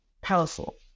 powerful